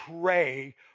pray